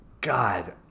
God